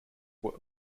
were